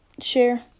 share